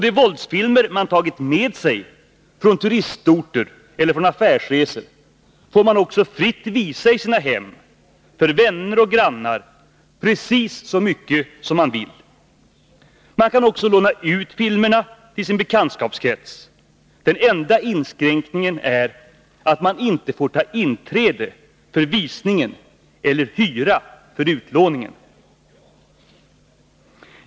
De våldsfilmer man tagit med sig från turistorter eller från affärsresor får man också fritt visa i sina hem för vänner och grannar, precis så mycket man vill. Man kan också låna ut filmerna till sin bekantskapskrets. Den enda inskränkningen är att man inte får ta inträde för visningen eller hyra för utlåningen.